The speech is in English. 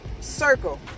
circle